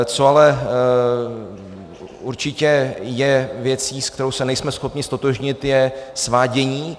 Co ale určitě je věcí, s kterou nejsme schopni se ztotožnit, je svádění.